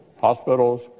hospitals